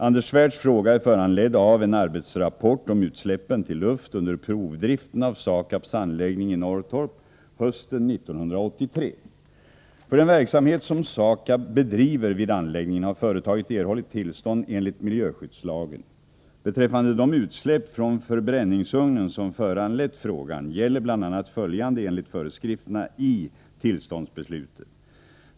Anders Svärds fråga är föranledd av en arbetsrapport om utsläppen till luft under provdriften av SAKAB:s anläggning i Norrtorp hösten 1983. För den verksamhet som SAKAB bedriver vid anläggningen har företaget erhållit tillstånd enligt miljöskyddslagen. Beträffande de utsläpp från förbränningsugnen som föranlett frågan gäller bl.a. följande enligt föreskrifterna i tillståndsbeslutet.